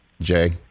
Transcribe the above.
Jay